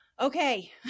okay